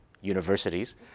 universities